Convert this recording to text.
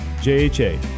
JHA